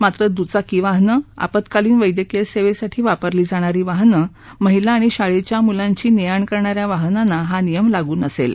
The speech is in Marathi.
मात्र दुचाकी वाहनं आपत्कालीन वैद्यकीय सेवेसाठी वापरली जाणारी वाहनं महिला आणि शाळेच्या मुलांची ने आण करणाऱ्या वाहनांना हा नियम लागू नसेल